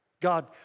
God